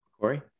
Corey